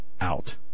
out